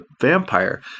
vampire